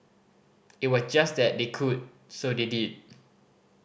it was just that they could so they did